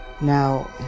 now